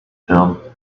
failed